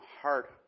heart